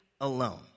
alone